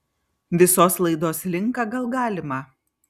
visos laidos linką gal galima